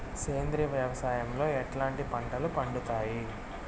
సేంద్రియ వ్యవసాయం లో ఎట్లాంటి పంటలు పండుతాయి